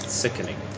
sickening